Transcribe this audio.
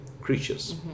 creatures